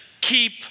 keep